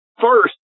first